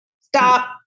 Stop